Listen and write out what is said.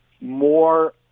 more